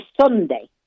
Sunday